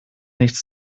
nichts